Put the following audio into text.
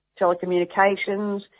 telecommunications